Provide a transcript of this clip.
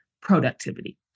productivity